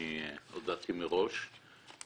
אני הודעתי מראש.